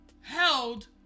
held